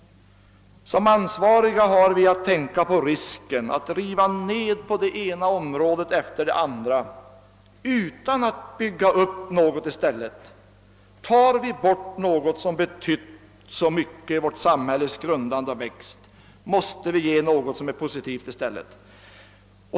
Som ansvariga har vi att tänka på risken att riva ned på det ena området efter det andra utan att bygga upp något i stället. Tar vi bort något som betytt så mycket för vårt samhälles grundande och växt måste vi ge något positivt i stället.